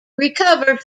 recovered